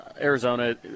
Arizona